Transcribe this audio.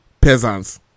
Peasants